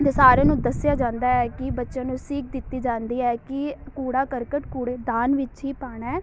ਅਤੇ ਸਾਰਿਆਂ ਨੂੰ ਦੱਸਿਆ ਜਾਂਦਾ ਹੈ ਕਿ ਬੱਚਿਆਂ ਨੂੰ ਸੀਖ ਦਿੱਤੀ ਜਾਂਦੀ ਹੈ ਕਿ ਕੂੜਾ ਕਰਕਟ ਕੂੜੇਦਾਨ ਵਿੱਚ ਹੀ ਪਾਉਣਾ